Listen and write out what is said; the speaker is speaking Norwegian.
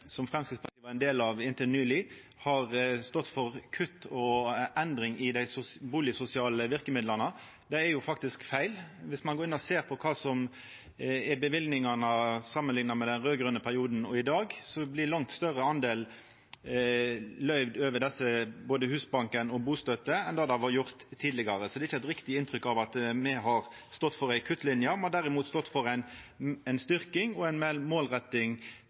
som Framstegspartiet var del av inntil nyleg, har stått for kutt og endring i dei bustadsosiale verkemidla. Det er faktisk feil. Viss ein går inn og samanliknar løyvingane i den raud-grøne perioden og i dag, blir ein langt større del løyvd over Husbanken og til bustøtte enn tidlegare. Så det er ikkje eit riktig inntrykk at me har stått for ei kuttlinje, me har derimot stått for ei styrking og meir målretting til dei som treng det mest. Det er òg interessant når me